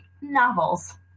novels